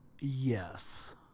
yes